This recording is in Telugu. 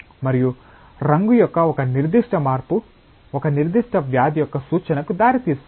మరియు రంగు యొక్క ఒక నిర్దిష్ట మార్పు ఒక నిర్దిష్ట వ్యాధి యొక్క సూచనకు దారితీస్తుంది